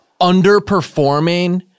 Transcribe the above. underperforming